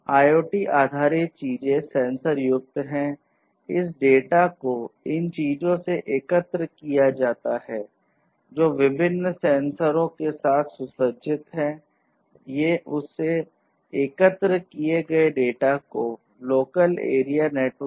IoT आधारित चीजें sensor युक्त हैं इस डेटा को इन चीजों से एकत्र किया जाता है जो विभिन्न सेंसरों के साथ सुसज्जित है ये उस एकत्र किए गए डेटा को लोकल एरिया नेटवर्क